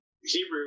Hebrew